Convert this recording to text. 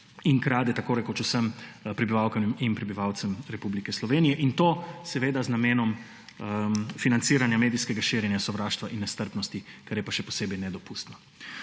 in krade tako rekoč vsem prebivalkam in prebivalcem Republike Slovenije. In to seveda z namenom financiranja medijskega širjenja sovraštva in nestrpnosti, kar je pa še posebej nedopustno.